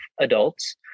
adults